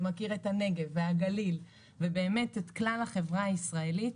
ומכיר את הנגב והגליל ובאמת את כלל החברה הישראלית,